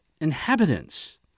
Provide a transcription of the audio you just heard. inhabitants